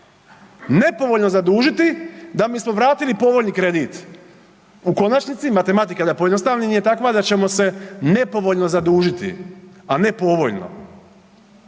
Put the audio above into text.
nepovoljno zadužiti da bismo vratili povoljni kredit. U konačnici, matematika da pojednostavim je takva da ćemo se nepovoljno zadužiti, a ne povoljno.